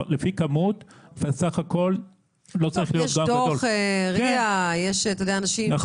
יש דוח RIA ויש אנשים שישבו ובדקו את הנתונים.